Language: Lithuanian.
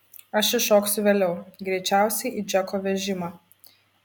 aš įšoksiu vėliau greičiausiai į džeko vežimą